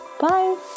Bye